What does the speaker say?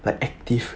like active